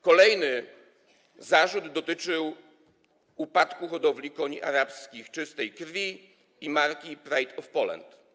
Kolejny zarzut dotyczył upadku hodowli koni arabskich czystej krwi i marki Pride of Poland.